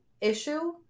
issue